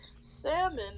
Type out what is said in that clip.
salmon